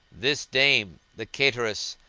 this dame, the cateress,